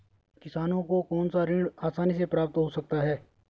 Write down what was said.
किसानों को कौनसा ऋण आसानी से प्राप्त हो सकता है?